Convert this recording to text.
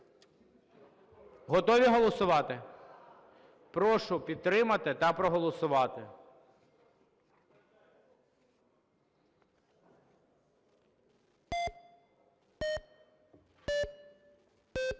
Готові голосувати? Прошу підтримати та проголосувати.